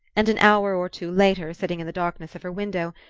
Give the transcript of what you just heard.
and an hour or two later, sitting in the darkness of her window,